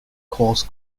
coarse